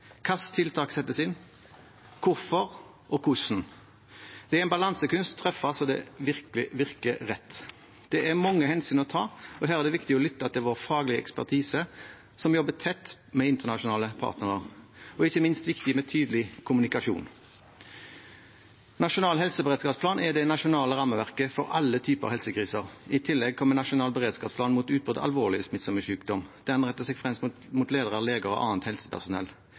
tiltak settes inn? Hvorfor? Og hvordan? Det er en balansekunst å treffe slik at det virkelig virker rett. Det er mange hensyn å ta, og her er det viktig å lytte til vår faglige ekspertise, som jobber tett med internasjonale partnere. Ikke minst er det viktig med tydelig kommunikasjon. Nasjonal helseberedskapsplan er det nasjonale rammeverket for alle typer helsekriser. I tillegg kommer en nasjonal beredskapsplan mot utbrudd av alvorlig smittsom sykdom. Den retter seg først og fremst mot lærere, leger og annet helsepersonell,